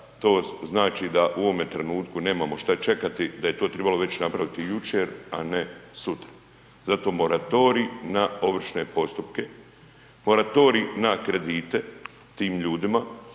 to znači da u ovome trenutku nemamo šta čekati, da je to tribalo napraviti već jučer, a ne sutra. Zato moratorij na ovršne postupke, moratorij na kredite tim ljudima